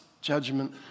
judgment